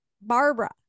Barbara